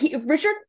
Richard